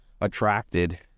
attracted